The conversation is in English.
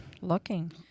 Looking